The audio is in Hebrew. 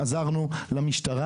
עזרנו למשטרה.